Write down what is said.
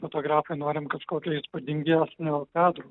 fotografai norim kažkokio įspūdingesnio kadro